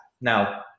Now